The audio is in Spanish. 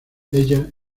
ella